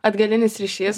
atgalinis ryšys